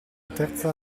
terza